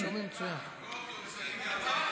שומעים מצוין.